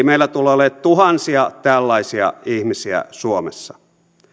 meillä tulee olemaan tuhansia tällaisia ihmisiä suomessa